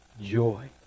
joy